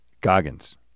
Goggins